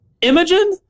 Imogen